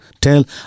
Tell